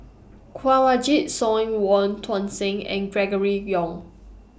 Kanwaljit Soin Wong Tuang Seng and Gregory Yong